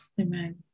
Amen